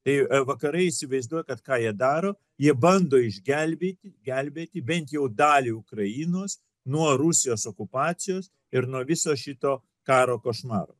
tai vakarai įsivaizduoja kad ką jie daro jie bando išgelbėti gelbėti bent jau dalį ukrainos nuo rusijos okupacijos ir nuo viso šito karo košmaro